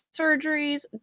surgeries